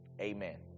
Amen